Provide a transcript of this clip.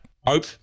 Hope